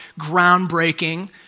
groundbreaking